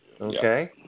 Okay